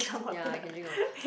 ya I can drink water